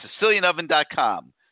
SicilianOven.com